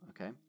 okay